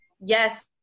yes